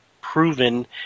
proven